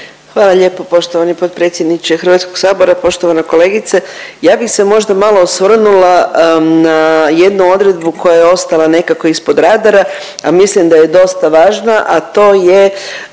Hvala lijepo poštovani potpredsjedniče Hrvatskog sabora. Poštovana kolegice, ja bih se možda malo osvrnula na jednu odredbu koja je ostala nekako ispod radara a mislim da je dosta važna, a to je